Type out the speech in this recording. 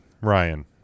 Ryan